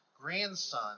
grandson